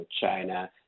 China